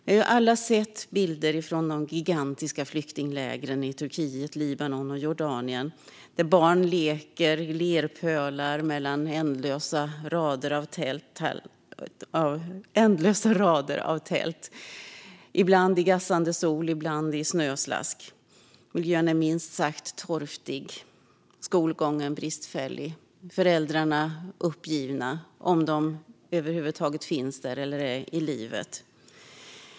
Vi har alla sett bilder från de gigantiska flyktinglägren i Turkiet, Libanon och Jordanien där barn leker i lerpölar mellan ändlösa rader av tält, ibland i gassande sol och ibland i snöslask. Miljön är minst sagt torftig. Skolgången är bristfällig. Föräldrarna är uppgivna, om de över huvud taget är i livet och finns där.